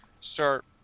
start